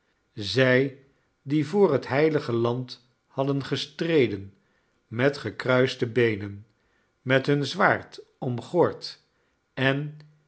zij die voor het heilige land hadden gestreden met gekruiste beenen met hun zwaard omgord en